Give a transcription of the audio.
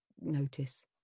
notice